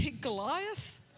Goliath